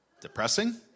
depressing